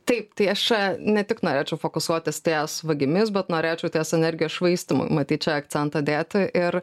taip tai aš a ne tik norėčiau fokusuotis ties vagimis bet norėčiau ties energijos švaistymu matyt čia akcentą dėti ir